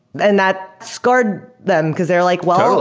and that scared them because they're like, well.